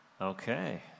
Okay